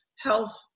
Health